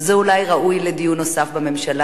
זה אולי ראוי לדיון נוסף בממשלה,